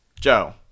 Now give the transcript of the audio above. Joe